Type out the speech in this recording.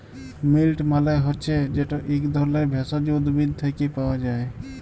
মিল্ট মালে হছে যেট ইক ধরলের ভেষজ উদ্ভিদ থ্যাকে পাওয়া যায়